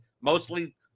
mostly